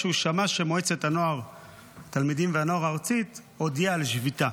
הוא שמע שמועצת התלמידים והנוער הארצית הודיעה על שביתה.